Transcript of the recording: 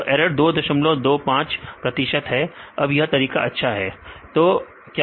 तो ऐरर 225 प्रतिशत है अब यह तरीका अच्छा है